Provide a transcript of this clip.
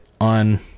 on